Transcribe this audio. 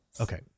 okay